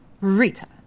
Rita